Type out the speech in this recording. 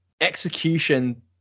execution